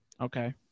Okay